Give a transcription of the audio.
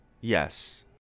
yes